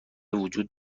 وجود